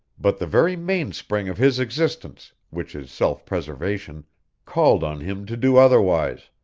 but the very mainspring of his existence which is self-preservation called on him to do otherwise.